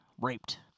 Raped